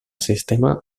sistema